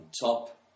top